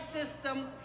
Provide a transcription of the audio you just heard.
systems